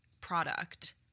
product